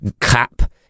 cap